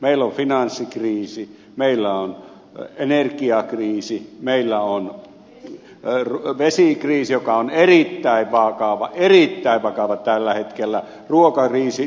meillä on finanssikriisi meillä on energiakriisi meillä on vesikriisi joka on erittäin vakava erittäin vakava tällä hetkellä ruokakriisi jnp